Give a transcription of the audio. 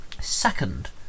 second